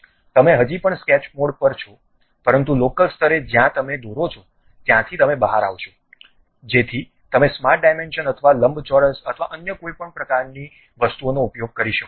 તમે હજી પણ સ્કેચ મોડ પર છો પરંતુ લોકલ સ્તરે જ્યાં તમે દોરો છો ત્યાંથી તમે બહાર આવશો જેથી તમે સ્માર્ટ ડાયમેન્શન અથવા લંબચોરસ અથવા અન્ય કોઈ પણ પ્રકારની વસ્તુઓનો ઉપયોગ કરી શકો